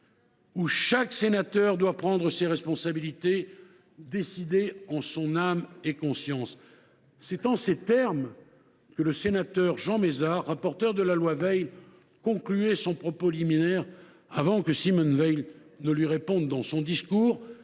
où chaque sénateur doit prendre ses responsabilités, décider en son âme et conscience »: c’est en ces termes que le sénateur Jean Mézard, rapporteur de la loi Veil, concluait son propos liminaire, avant que Simone Veil ne lui réponde, dans son discours